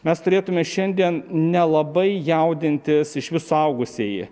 mes turėtume šiandien nelabai jaudintis išvis suaugusieji